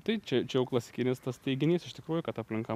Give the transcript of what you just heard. tai čia čia jau klasikinis tas teiginys iš tikrųjų kad aplinka